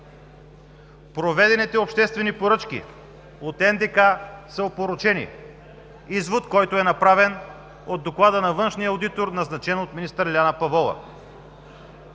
Проведените обществени поръчки от НДК са опорочени – извод, който е направен от доклада на външния одитор, назначен от министър Лиляна Павлова.